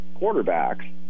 quarterbacks